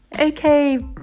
Okay